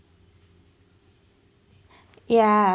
yeah